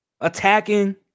attacking